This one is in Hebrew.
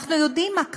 אנחנו יודעים מה קרה,